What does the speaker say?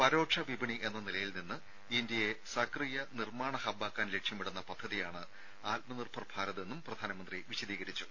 പരോക്ഷ വിപണി എന്ന നിലയിൽ നിന്ന് ഇന്ത്യയെ സക്രിയ നിർമ്മാണ ഹബ്ബാക്കാൻ ലക്ഷ്യമിടുന്ന പദ്ധതിയാണ് ആത്മ നിർഭർ ഭാരത് എന്നും പ്രധാനമന്ത്രി വിശദീകരിച്ചു